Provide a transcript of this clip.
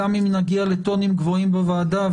גם אם נגיע לטונים גבוהים בוועדה,